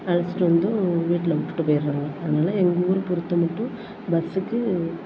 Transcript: அழைச்சிட்டு வந்தும் வீட்டில் விட்டுட்டு போயிடுறாங்க அதனால் எங்கள் ஊரை பொறுத்த மட்டும் பஸ்ஸுக்கு